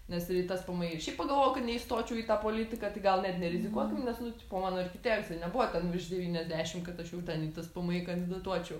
nes į tspmi ir šiaip pagalvojau kad neįstočiau į tą politiką tai gal net nerizikuokim nes nu tipo mano ir kiti egzai nebuvo ten virš devyniasdešim kad aš jau ten į tspmi kandidatuočiau